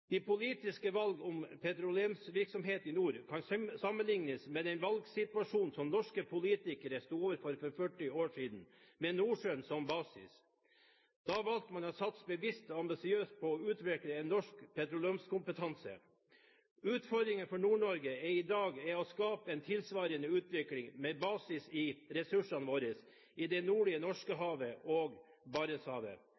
De politiske valg om petroleumsvirksomhet i nord kan sammenlignes med den valgsituasjonen som norske politikere sto overfor for 40 år siden med Nordsjøen som basis. Da valgte man å satse bevisst og ambisiøst på å utvikle en norsk petroleumskompetanse. Utfordringen for Nord-Norge i dag er å skape en tilsvarende utvikling med basis i ressursene våre i det nordlige